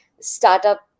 startup